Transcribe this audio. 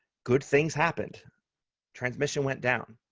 good things happened transmission went down.